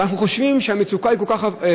ואנחנו חושבים שהמצוקה היא כל כך חריפה